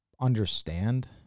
understand